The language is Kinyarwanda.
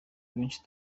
abenshi